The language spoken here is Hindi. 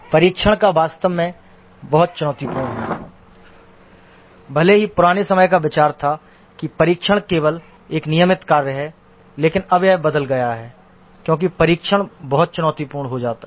परीक्षण वास्तव में बहुत चुनौतीपूर्ण है भले ही पुराने समय का विचार था कि परीक्षण केवल एक नियमित कार्य है लेकिन अब यह बदल गया है क्योंकि परीक्षण बहुत चुनौतीपूर्ण हो गया है